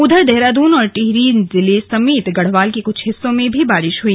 उधर देहरादून और टिहरी जिले समेत गढ़वाल के कुछ हिस्सों में भी बारिश हुई